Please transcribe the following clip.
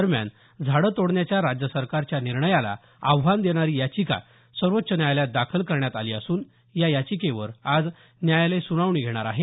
दरम्यान झाडे तोडण्याच्या राज्य सरकारच्या निर्णयाला आव्हान देणारी याचिका सर्वोच्च न्यायालयात दाखल करण्यात आली असून या याचिकेवर आज न्यायालय सुनावणी घेणार आहे